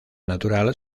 natural